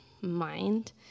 mind